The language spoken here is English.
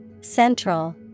Central